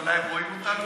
אולי הם רואים אותנו,